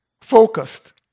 Focused